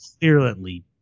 clearly